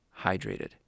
hydrated